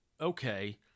okay